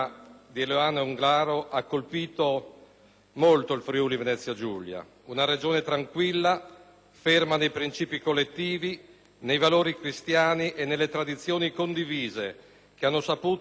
molto il Friuli-Venezia Giulia, una Regione tranquilla, ferma nei principi collettivi, nei valori cristiani e nelle tradizioni condivise che hanno saputo unire le persone nei momenti più difficili.